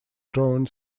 drawing